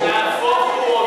נהפוך הוא,